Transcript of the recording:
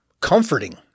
comforting